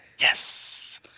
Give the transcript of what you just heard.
Yes